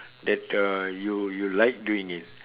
that uh you you like doing it